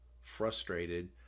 frustrated